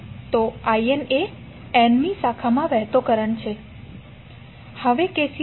તો in એ n મી શાખામાં વહેતો કરંટ છે